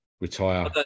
retire